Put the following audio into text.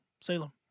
Salem